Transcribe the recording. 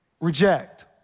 reject